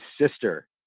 sister